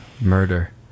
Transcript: murder